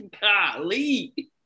golly